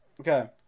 Okay